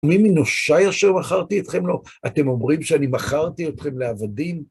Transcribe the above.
מי מנושיי אשר מכרתי אתכם לו? אתם אומרים שאני מכרתי אתכם לעבדים?